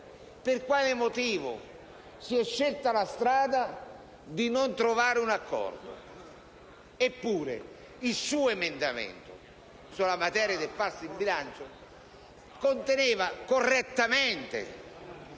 per quale motivo si sia scelta la strada di non trovare un accordo. Eppure, il suo emendamento sulla materia del falso in bilancio conteneva giustamente